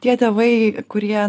tie tėvai kurie